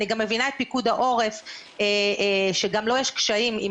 אני גם מבינה את פיקוד העורף שגם לו יש קשיים עם